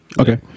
okay